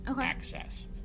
access